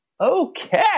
Okay